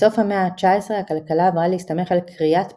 בסוף המאה ה-19 הכלכלה עברה להסתמך על כריית פחם,